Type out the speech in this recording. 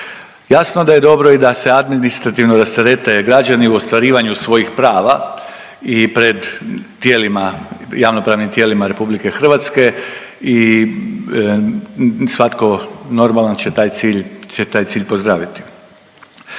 Jasno da je dobro i da se administrativno rasterete građani u ostvarivanju svojih prava i pred tijelima, javnopravnim tijelima RH i svatko normalan će taj cilj, će taj